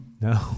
No